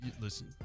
listen